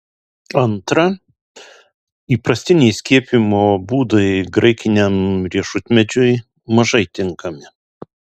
antra įprastiniai skiepijimo būdai graikiniam riešutmedžiui mažai tinkami